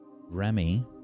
Remy